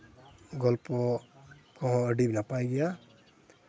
ᱜᱚᱞᱯᱚ ᱠᱚᱦᱚᱸ ᱟᱹᱰᱤ ᱱᱟᱯᱟᱭ ᱜᱮᱭᱟ